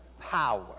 power